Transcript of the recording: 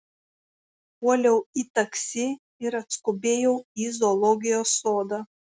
puoliau į taksi ir atskubėjau į zoologijos sodą